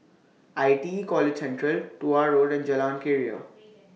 I T E College Central Tuah Road and Jalan Keria